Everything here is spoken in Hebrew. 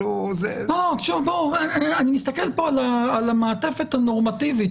אני מסתכל פה על המעטפת הנורמטיבית,